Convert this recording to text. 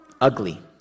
ugly